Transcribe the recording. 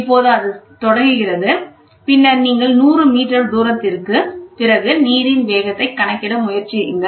இப்போது அது தொடங்குகிறது பின்னர் நீங்கள் 100 மீட்டர் தூரத்திற்கு பிறகு நீரின் வேகத்தை கணக்கிட முயற்சியுங்கள்